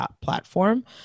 platform